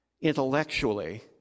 intellectually